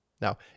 Now